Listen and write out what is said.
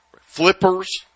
Flippers